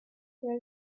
were